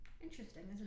Interesting